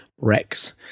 Rex